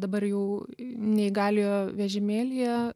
dabar jau neįgaliojo vežimėlyje